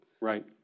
Right